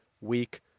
weak